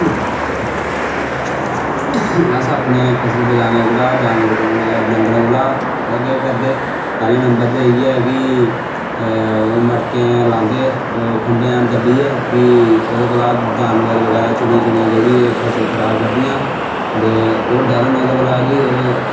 अस अपनी फसल बचाने कोला जानवर डंगर कोला पता केह् करदे पैह्ले नंबर इयै की मटके लांदे ओह् खंभे जन दब्बियै की ओह्दे कोला जानवर बगैरा चिड़ियां जो बी ऐ जेह्ड़ी फसल खराब करदियां ते की ओह् डरन एह्दे कोला कि